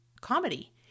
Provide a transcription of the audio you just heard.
comedy